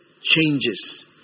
changes